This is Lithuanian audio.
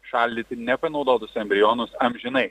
šaldyti nepanaudotus embrionus amžinai